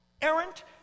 errant